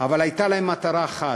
אבל הייתה להם מטרה אחת,